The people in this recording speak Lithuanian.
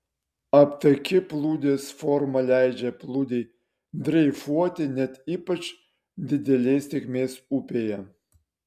aptaki plūdės forma leidžia plūdei dreifuoti net ypač didelės tėkmės upėje